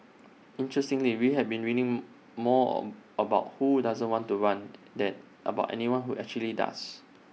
interestingly we have been reading more of about who doesn't want to run than about anyone who actually does